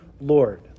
lord